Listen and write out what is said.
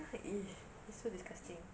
!ee! that's so disgusting